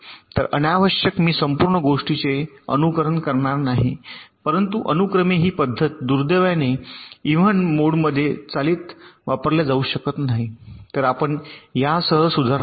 तर अनावश्यक मी संपूर्ण गोष्टीचे अनुकरण करणार नाही परंतु अनुक्रमे ही पद्धत दुर्दैवाने इव्हेंट चालित मोडमध्ये वापरला जाऊ शकत नाही तर आता आपण यासह सुधारणा घेऊ